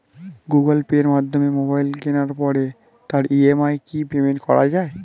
Google পের মাধ্যমে mobile কেনার পরে তার ই.এম.আই কি পেমেন্ট করা যায়?